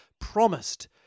promised